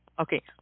Okay